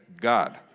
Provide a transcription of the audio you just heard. God